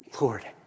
Lord